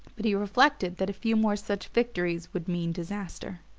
but he reflected that a few more such victories would mean disaster.